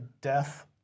death